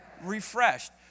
Refreshed